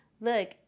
Look